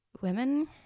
women